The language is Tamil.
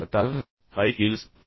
எடுத்துக்காட்டாக ஹை ஹீல்ஸ்